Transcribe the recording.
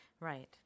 Right